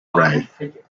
ray